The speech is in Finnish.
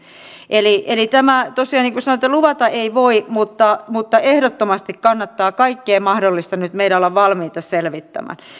eli eli tosiaan niin kuin sanoin luvata ei voi mutta mutta ehdottomasti kannattaa kaikkea mahdollista nyt meidän olla valmiita selvittämään